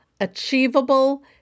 achievable